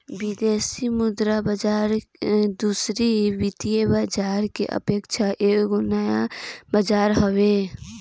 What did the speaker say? विदेशी मुद्रा बाजार दूसरी वित्तीय बाजार के अपेक्षा एगो नया बाजार हवे